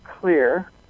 clear